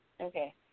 Okay